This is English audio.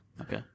Okay